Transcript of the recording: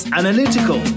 analytical